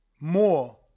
more